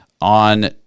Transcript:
on